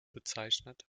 bezeichnet